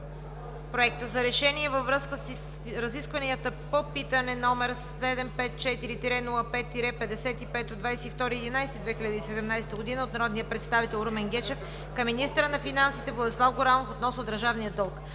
„Проект! РЕШЕНИЕ във връзка с разискванията по питане № 754-05-55 от 22 ноември 2017 г. от народния представител Румен Гечев към министъра на финансите Владислав Горанов относно държавния дълг